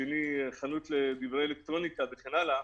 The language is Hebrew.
השני חנות לדברי אלקטרוניקה וכן הלאה.